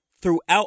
throughout